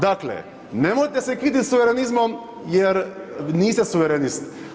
Dakle, nemojte se kitit suverenizmom jer niste suverenist.